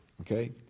okay